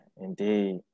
Indeed